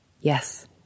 Yes